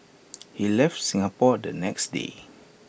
he left Singapore the next day